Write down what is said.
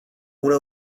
una